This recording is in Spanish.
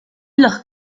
los